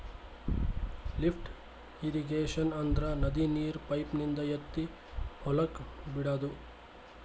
lift irrigation ಅಂದ್ರ ನದಿ ನೀರ್ ಪೈಪಿನಿಂದ ಎತ್ತಿ ಹೊಲಕ್ ಬಿಡಾದು